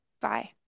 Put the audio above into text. Bye